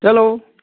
hello